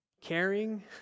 caring